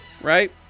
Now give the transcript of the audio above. right